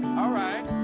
alright.